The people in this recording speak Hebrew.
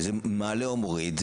שזה מעלה או מוריד,